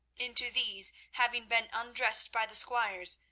into these, having been undressed by the squires,